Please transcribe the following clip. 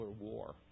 war